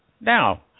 now